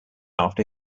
after